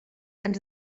ens